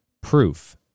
proof